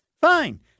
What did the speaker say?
fine